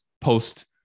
post